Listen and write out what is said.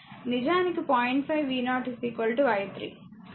5 v0 i3